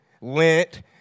lint